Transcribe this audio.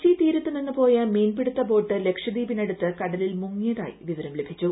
കൊച്ചി തീരത്തുനിന്ന് പോയ മീൻപിടിത്ത ബോട്ട് ലക്ഷദ്വീപിനടുത്ത് കടലിൽ മുങ്ങിയതായി വിവരം ലഭിച്ചു